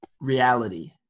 reality